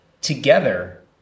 together